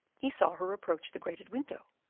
he saw her approach the grated window.